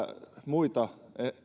muista